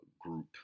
group